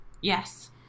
Yes